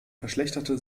verschlechterte